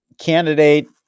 candidate